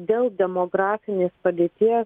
dėl demografinės padėties